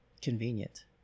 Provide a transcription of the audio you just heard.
convenient